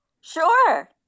Sure